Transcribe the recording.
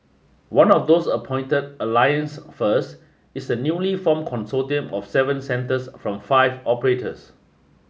one of those appointed Alliance First is a newly formed consortium of seven centres from five operators